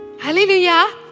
Hallelujah